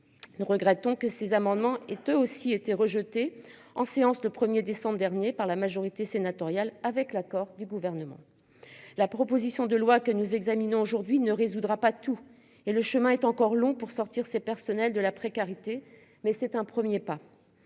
Nous regrettons que ces amendements et eux aussi été rejeté en séance le 1er décembre dernier par la majorité sénatoriale avec l'accord du gouvernement. La proposition de loi que nous examinons aujourd'hui ne résoudra pas tout, et le chemin est encore long pour sortir ces personnels de la précarité, mais c'est un 1er pas.